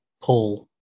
pull